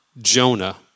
Jonah